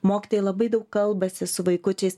mokytojai labai daug kalbasi su vaikučiais